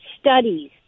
studies